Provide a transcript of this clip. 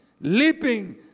leaping